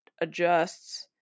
adjusts